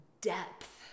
depth